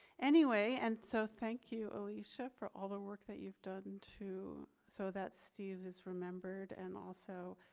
anyway, and so thank you, alysia for all the work that you've done too so that steve has remembered and also,